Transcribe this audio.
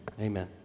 Amen